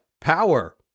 power